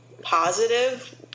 positive